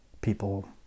people